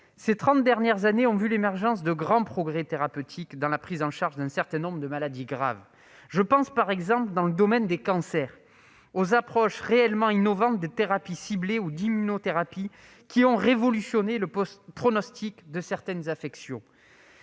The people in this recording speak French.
Ces trente dernières années ont vu l'émergence de grands progrès thérapeutiques dans la prise en charge d'un certain nombre de maladies graves. Je pense par exemple, dans le domaine des cancers, aux approches réellement innovantes, thérapies ciblées ou immunothérapies, qui ont révolutionné le pronostic de certaines affections.